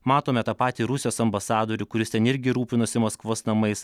matome tą patį rusijos ambasadorių kuris ten irgi rūpinosi maskvos namais